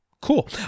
Cool